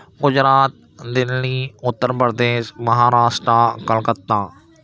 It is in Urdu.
گجرات دلی اتر پردیش مہاراشٹرا کلکتہ